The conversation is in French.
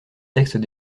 textes